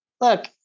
look